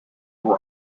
were